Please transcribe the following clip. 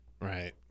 Right